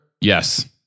Yes